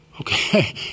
Okay